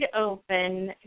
open